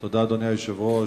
תודה, אדוני היושב-ראש.